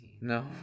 No